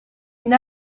une